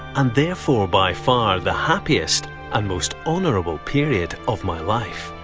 and therefore by far the happiest and most honorable period of my life.